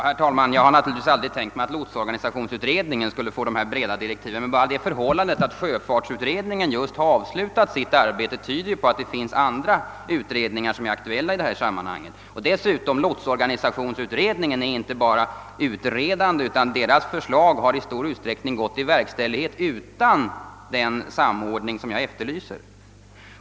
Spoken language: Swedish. Herr talman! Jag har naturligtvis inte tänkt att lotsorganisationsutredning en skulle få dessa bredare direktiv. Men enbart det förhållandet att sjöfartsutredningen just har avslutat sitt arbete visar att även andra utredningar är aktuella i detta sammanhang. Lotsorganisationsutredningen är dessutom inte bara utredande, utan dess förslag har i stor utsträckning gått i verkställighet utan den samordning som jag efterlyser.